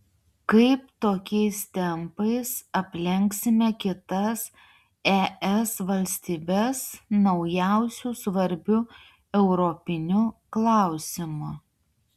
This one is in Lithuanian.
kaip tokiais tempais aplenksime kitas es valstybes naujausiu svarbiu europiniu klausimu